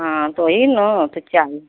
हाँ तो वही नू त चाहिए